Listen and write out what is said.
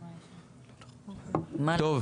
טוב,